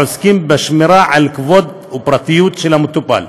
העוסקים בשמירה על כבודו ופרטיותו של המטופל,